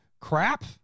crap